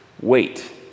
wait